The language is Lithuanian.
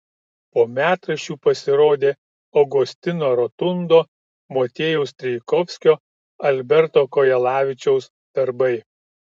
po metraščių pasirodė augustino rotundo motiejaus strijkovskio alberto kojalavičiaus darbai